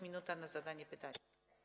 Minuta na zadanie pytania.